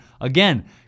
again